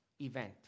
event